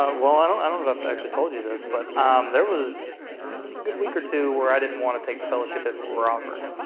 ah well i don't i don't know if i actually told you this, but there was was a good week or two where i didn't want to take the fellowship if it were offered.